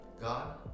God